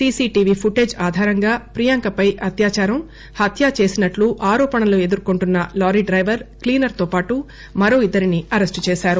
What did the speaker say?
CC TV footage ఆధారంగా ప్రియాంకపై అత్యాచారం హత్య చేసినట్లు ఆరోపణలు ఎదుర్కొంటున్న లారీ డ్రవైర్ క్లీనర్ తో పాటు మరో ఇద్దరిని అరెస్టు చేశారు